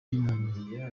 by’umuntu